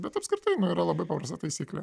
bet apskritai na yra labai paprastą taisyklė